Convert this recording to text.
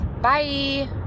Bye